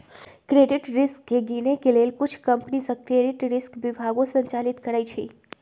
credit risk के गिनए के लेल कुछ कंपनि सऽ क्रेडिट रिस्क विभागो संचालित करइ छै